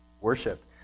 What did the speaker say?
worship